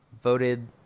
Voted